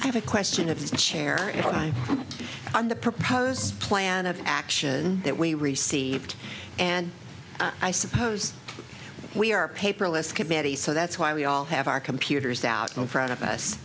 team have a question of the chair and write on the proposed plan of action that we received and i suppose we are a paperless committee so that's why we all have our computers out in front of us